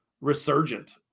resurgent